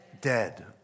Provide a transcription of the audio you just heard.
dead